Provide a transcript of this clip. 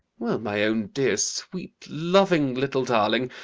well, my own dear, sweet, loving little darling,